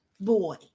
boy